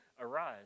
Arise